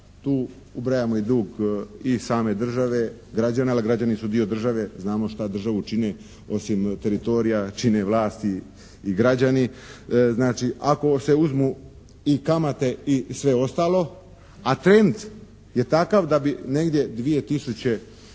Tu ubrajamo i dug i same države, građana, ali građani su dio države znamo šta državu čine. Osim teritorija čine vlasti i građani. Znači ako se uzmu i kamate i sve ostalo, a trend je takav da bi negdje 2012.,